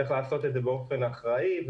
צריך לעשות את זה באופן אחראי,